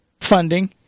Funding